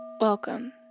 Welcome